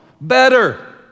better